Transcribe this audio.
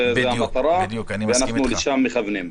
זאת המטרה ואנחנו לשם מכוונים.